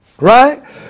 Right